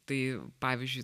tai pavyzdžiui